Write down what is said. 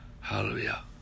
Hallelujah